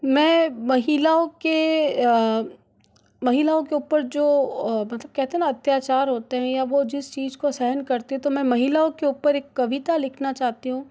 मैं महिलाओं के महिलाओं के ऊपर जो मतलब कहते हैं ना मतलब अत्याचार होते हैं या वो जिस चीज़ को सहन करते हैं तो मैं महिलाओं के ऊपर एक कविता लिखना चाहती हूँ